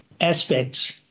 aspects